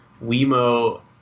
Wemo